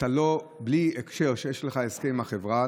בלי הקשר, שבו יש לך הסכם עם החברה.